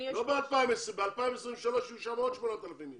לא ב-2023, כי אז יהיו שם עוד 8,000 איש.